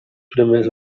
primers